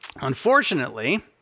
Unfortunately